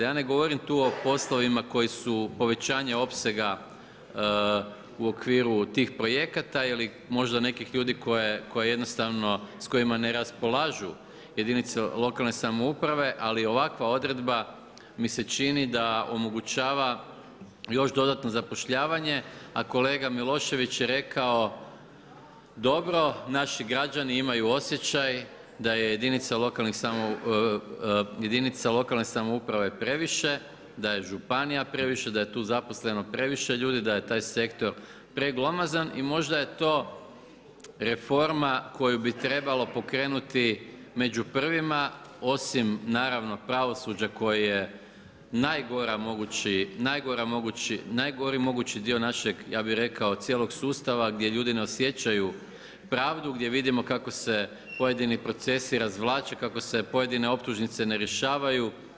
Ja ne govorim tu o poslovima koji su povećanje opsega u okviru tih projekata ili možda nekih ljude s kojima ne raspolažu jedinice lokalne samouprave ali ovakva odredba mi se čini da omogućava još dodatno zapošljavanje a kolega Milošević je rekao dobro, naši građani imaju osjećaj da je jedinica lokalnih samouprava je previše, da je županija previše, daje tu zaposleno previše ljudi, da je taj sektor preglomazan i možda je to reforma koju bi trebalo pokrenuti među prvima osim naravno pravosuđa koje je najgori mogući dio našeg ja bi rekao, cijelog sustava gdje ljudi ne osjećaju pravdu, gdje vidimo kako se pojedini procesi razvlače, kako se pojedine optužnice ne rješavaju.